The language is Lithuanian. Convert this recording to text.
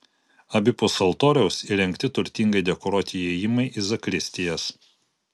abipus altoriaus įrengti turtingai dekoruoti įėjimai į zakristijas